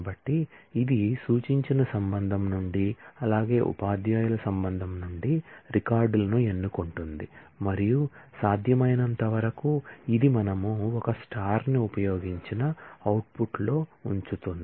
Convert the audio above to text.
కాబట్టి ఇది సూచించిన రిలేషన్ నుండి అలాగే ఉపాధ్యాయుల రిలేషన్ నుండి రికార్డులను ఎన్నుకుంటుంది మరియు సాధ్యమైనంతవరకు ఇది మనము ఒక స్టార్ ని ఉపయోగించిన అవుట్పుట్లో ఉంచుతుంది